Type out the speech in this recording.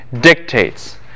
dictates